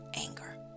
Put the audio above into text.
anger